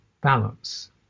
balance